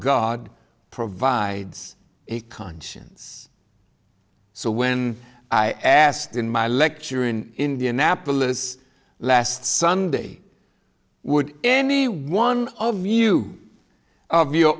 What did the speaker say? god provides a conscience so when i asked in my lecture in indianapolis last sunday would any one of you of your